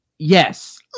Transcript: Yes